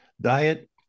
diet